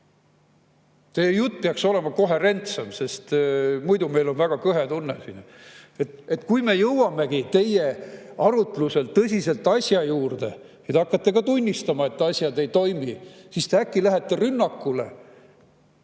jutt peaks olema koherentsem, sest muidu on meil väga kõhe tunne siin. Kui me jõuamegi arutlusel tõsiselt asja juurde ja te hakkate ka tunnistama, et asjad ei toimi, siis te äkki lähete rünnakule